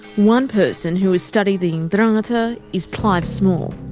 one person who has studied the ndrangheta is clive small.